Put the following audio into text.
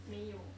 没有